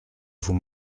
vous